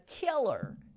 killer